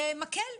מקל,